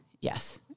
Yes